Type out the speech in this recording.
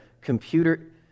computer